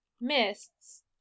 Mists